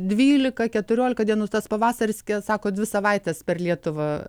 dvylika keturiolika dienų tas pavasaris kas sako dvi savaites per lietuvą